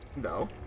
No